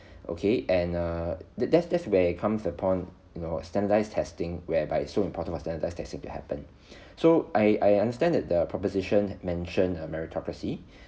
okay and err that's that's where it comes upon you know standardized testing whereby it's so important for standardized testing to happen so I I understand that the proposition mentioned uh meritocracy